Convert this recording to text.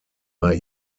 bei